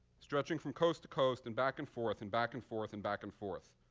stretching from coast to coast and back and forth and back and forth and back and forth.